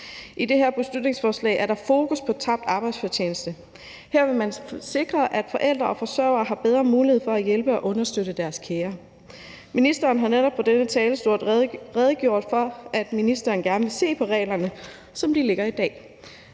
I det her beslutningsforslag er der fokus på tabt arbejdsfortjeneste. Her vil man sikre, at forældre og forsørgere har bedre mulighed for at hjælpe og understøtte deres kære. Ministeren har netop på denne talerstol redegjort for, at ministeren gerne vil se på reglerne, som de ligger i dag.